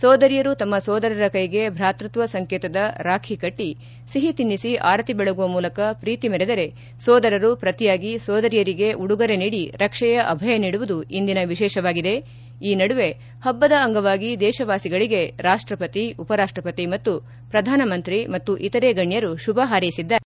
ಸೋದರಿಯರು ತಮ್ಮ ಸೋದರರ ಕೈಗೆ ಬ್ರಾತೃತ್ವ ಸಂಕೇತದ ರಾಖಿ ಕಟ್ಟಿ ಸಿಹಿ ತಿನ್ನಿಸಿ ಆರತಿ ಬೆಳಗುವ ಮೂಲಕ ಪ್ರೀತಿ ಮೆರೆದರೆ ಸೋದರರು ಪ್ರತಿಯಾಗಿ ಸೋದರಿಯರಿಗೆ ಉಡುಗೊರೆ ನೀಡಿ ರಕ್ಷೆಯ ಅಭಯ ನೀಡುವುದು ಇಂದಿನ ವಿಶೇಷವಾಗಿದೆ ಈ ನಡುವೆ ಹಬ್ಬದ ಅಂಗವಾಗಿ ದೇಶವಾಸಿಗಳಿಗೆ ರಾಷ್ಟಪತಿ ಉಪರಾಷ್ಟಪತಿ ಮತ್ತು ಪ್ರಧಾನಮಂತ್ರಿ ಮತ್ತು ಇತರೆ ಗಣ್ಯರು ಶುಭ ಹಾರೈಸಿದ್ದಾರೆ